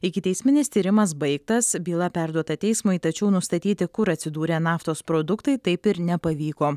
ikiteisminis tyrimas baigtas byla perduota teismui tačiau nustatyti kur atsidūrė naftos produktai taip ir nepavyko